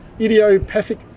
idiopathic